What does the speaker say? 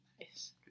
Nice